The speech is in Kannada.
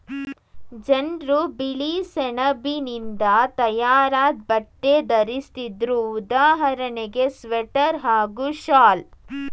ಜನ್ರು ಬಿಳಿಸೆಣಬಿನಿಂದ ತಯಾರಾದ್ ಬಟ್ಟೆ ಧರಿಸ್ತಿದ್ರು ಉದಾಹರಣೆಗೆ ಸ್ವೆಟರ್ ಹಾಗೂ ಶಾಲ್